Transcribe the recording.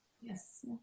Yes